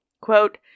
quote